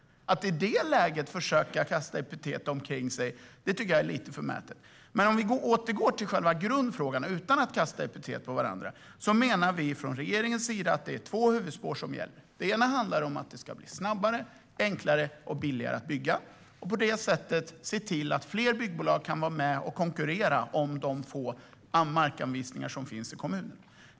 Att i det läget försöka kasta epitet omkring sig tycker jag är lite förmätet. För att återgå till själva grundfrågan utan att kasta epitet på varandra: Vi menar från regeringens sida att det är två huvudspår som gäller. Det ena handlar om att det ska bli snabbare, enklare och billigare att bygga. På det sättet ser vi till att fler byggbolag kan vara med och konkurrera om de få markanvisningar som finns i kommunerna.